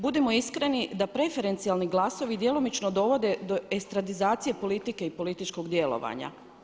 Budimo iskreni da preferencijalni glasovi djelomično dovode do estradizacije politike i političkog djelovanja.